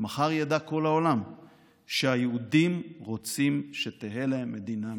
ומחר ידע כל העולם שהיהודים רוצים שתהא להם מדינה משלהם.